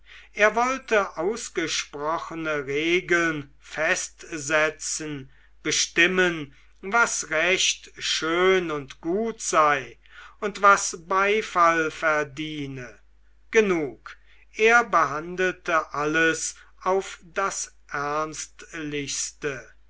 er wollte ausgesprochene regeln festsetzen bestimmen was recht schön und gut sei und was beifall verdiene genug er behandelte alles auf das